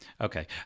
okay